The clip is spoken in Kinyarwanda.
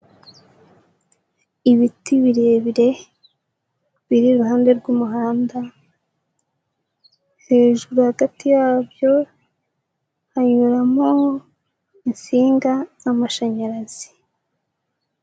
Ibiti birebire biri iruhande rw'umuhanda, hejuru hagati yabyo hanyuramo insinga z'amashanyarazi.